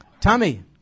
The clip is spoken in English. Tommy